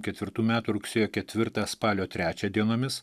ketvirtų metų rugsėjo ketvirtą spalio trečią dienomis